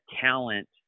talent